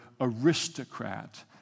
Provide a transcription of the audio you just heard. aristocrat